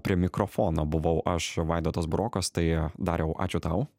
prie mikrofono buvau aš vaidotas burokas tai dariau ačiū tau